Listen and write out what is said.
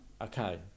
Okay